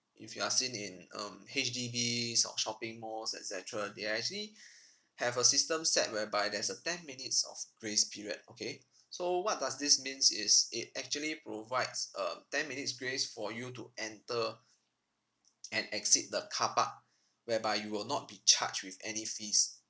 if you are seen in um H_D_Bs or shopping malls et cetera they're actually have a system set whereby there's a ten minutes of grace period okay so what does this means is it actually provides a ten minutes grace for you to enter and exit the car park whereby you will not be charged with any fees